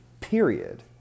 period